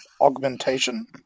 augmentation